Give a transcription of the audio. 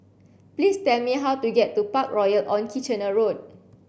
please tell me how to get to Parkroyal on Kitchener Road